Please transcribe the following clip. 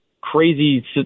crazy